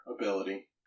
ability